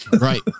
Right